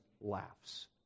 laughs